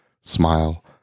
smile